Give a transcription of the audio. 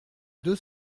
deux